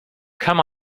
come